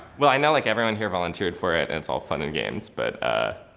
well i know like everyone here volunteered for it and it's all fun and games but ah,